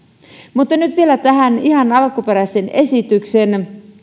mutta nyt vielä ihan tähän alkuperäiseen esitykseen